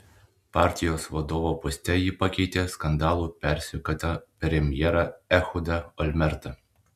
partijos vadovo poste ji pakeitė skandalų persekiotą premjerą ehudą olmertą